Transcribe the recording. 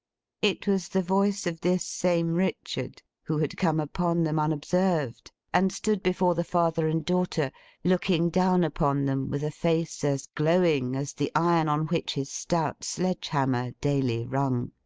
it was the voice of this same richard, who had come upon them unobserved, and stood before the father and daughter looking down upon them with a face as glowing as the iron on which his stout sledge-hammer daily rung.